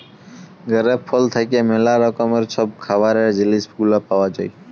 grape ফল থ্যাইকে ম্যালা রকমের ছব খাবারের জিলিস গুলা পাউয়া যায়